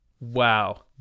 wow